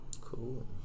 Cool